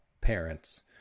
parents